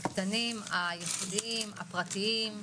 הקטנים, הייחודיים, הפרטיים.